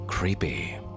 creepy